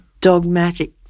dogmatic